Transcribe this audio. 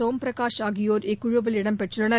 சோம் பிரகாஷ் ஆகியோர் இக்குழுவில் இடம் பெற்றுள்ளனர்